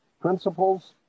principles